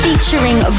featuring